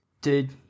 Dude